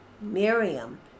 miriam